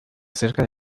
acerca